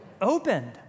opened